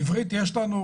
עברית יש לנו,